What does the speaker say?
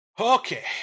Okay